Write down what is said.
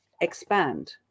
expand